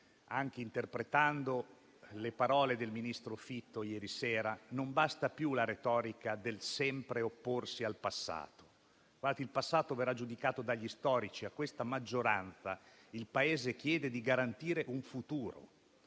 anche interpretando le parole del ministro Fitto di ieri sera - la retorica del sempre opporsi al passato. Il passato verrà giudicato dagli storici; a questa maggioranza il Paese chiede di garantire un futuro,